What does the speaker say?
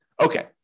Okay